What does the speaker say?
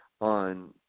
on